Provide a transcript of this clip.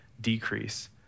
decrease